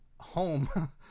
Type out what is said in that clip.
home